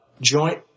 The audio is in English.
joint